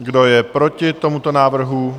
Kdo je proti tomuto návrhu?